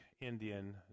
Indian